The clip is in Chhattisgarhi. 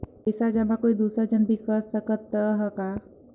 पइसा जमा कोई दुसर झन भी कर सकत त ह का?